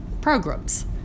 programs